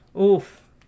Oof